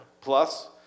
plus